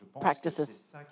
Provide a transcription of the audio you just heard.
practices